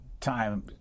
time